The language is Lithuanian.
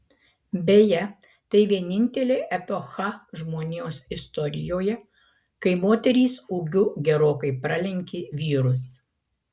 beje tai vienintelė epocha žmonijos istorijoje kai moterys ūgiu gerokai pralenkė vyrus